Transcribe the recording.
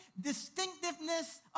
distinctiveness